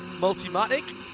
Multimatic